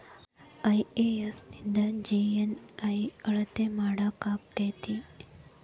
IES ನಿಂದ GNI ಅಳತಿ ಮಾಡಾಕಕ್ಕೆತಿ?